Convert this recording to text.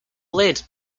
lid